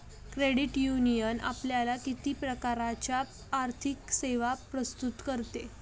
Credit union आपल्याला किती प्रकारच्या आर्थिक सेवा प्रस्तुत करते?